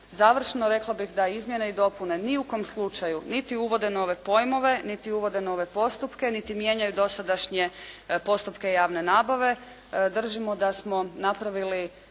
Završno, rekla bih da izmjene i dopune ni u kom slučaju niti uvode nove pojmove, niti uvode nove postupke, niti mijenjaju dosadašnje postupke javne nabave. Držimo da smo napravili